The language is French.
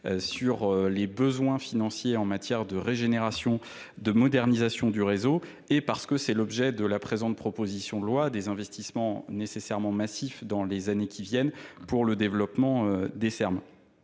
sur les besoins financiers en matière de régénération de modernisation du réseau et parce que c'est l'objet de la présente proposition de loi des investissements nécessairement massifs dans les années qui viennent pour le développement des ermes